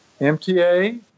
MTA